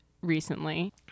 recently